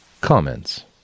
Comments